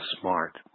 Smart